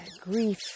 grief